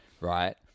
Right